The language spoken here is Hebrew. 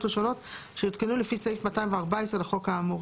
ראשונות שיותקנו לפי סעיף 214 לחוק האמור.